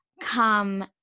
come